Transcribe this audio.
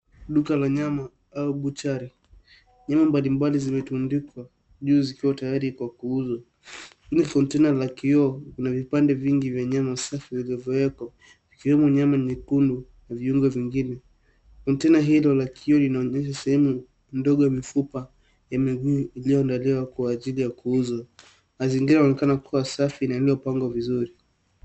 Duka la nyama au butchery nyumba mbali zimetundikwa juu zikiwa tayari kwa kuuza lina counter la kioo na safi ya zilizo wekwa zikiwmo nyama nyekundu na viungo vingine , container hilo la kioo linaonyesha sehemu ndogo mifupa ya miguu ilioandaliwa kwa ajili ya kuuswa, mazingira yanaonekana kuwa safi na lililopangwa vizuri.